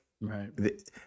Right